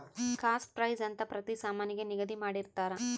cost price ಅಂತ ಪ್ರತಿ ಸಾಮಾನಿಗೆ ನಿಗದಿ ಮಾಡಿರ್ತರ